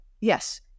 Yes